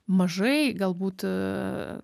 mažai galbūt